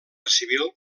civil